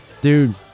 dude